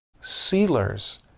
Sealers